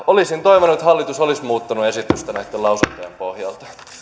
olisin toivonut että hallitus olisi muuttanut esitystään näitten lausuntojen pohjalta